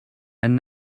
and